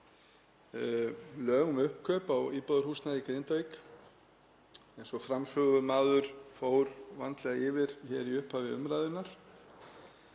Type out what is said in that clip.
lög um uppkaup á íbúðarhúsnæði í Grindavík. Eins og framsögumaður fór vandlega yfir í upphafi umræðunnar